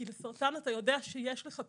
כי לסרטן אתה יודע שיש לך פתרונות,